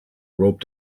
rope